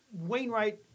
Wainwright